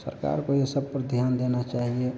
सरकार को यह सब पर ध्यान देना चाहिए